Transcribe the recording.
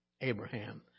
Abraham